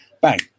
bang